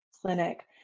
clinic